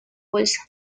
bolsa